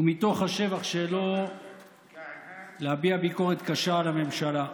ומתוך השבח שלו להביע ביקורת קשה על הממשלה.